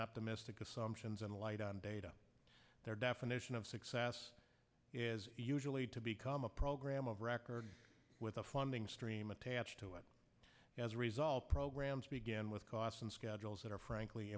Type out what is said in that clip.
optimistic assumptions and a light on data their definition of success is usually to become a program of record with a funding stream attached to it as a result programs begin with cost and schedules that are frankly